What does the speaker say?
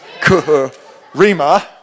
Kuhurima